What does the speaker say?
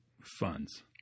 funds